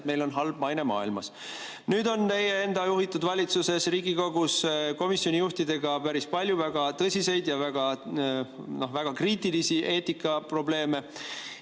et meil on halb maine maailmas. Nüüd on teie enda juhitud valitsuses, Riigikogus komisjoni juhtidega päris palju väga tõsiseid ja väga kriitilisi eetikaprobleeme.